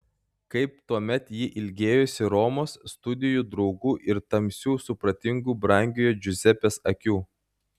kaip tuomet ji ilgėjosi romos studijų draugų ir tamsių supratingų brangiojo džiuzepės akių